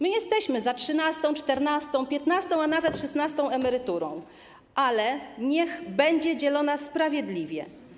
My jesteśmy za trzynastą, czternastą, piętnastą, a nawet szesnastą emeryturą, ale niech będzie dzielona sprawiedliwie.